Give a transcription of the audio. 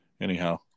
anyhow